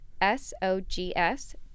s-o-g-s